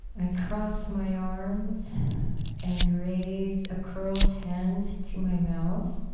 i cross my arms and raise a curled hand to my mouth,